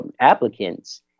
applicants